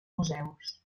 museus